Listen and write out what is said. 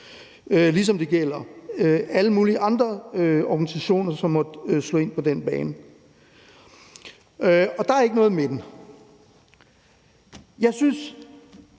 ligesom det også gælder alle mulige andre organisationer, som måtte slå ind på den bane, og der er ikke noget men. Jeg synes